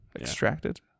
Extracted